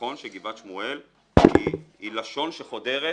נכון שגבעת שמואל היא לשון שחודרת